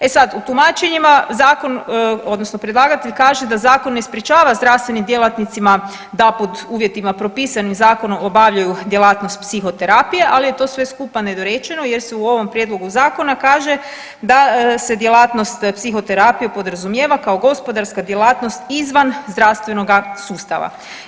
E sad, u tumačenjima zakon odnosno predlagatelj kaže da zakon ne sprječava zdravstvenim djelatnicima da pod uvjetima propisanim zakonom obavljaju djelatnost psihoterapije, ali je to sve skupa nedorečeno jer se u ovom prijedlogu zakona kaže da se djelatnost psihoterapije podrazumijeva kao gospodarska djelatnost izvan zdravstvenoga sustava.